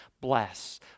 Bless